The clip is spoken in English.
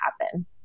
happen